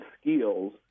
skills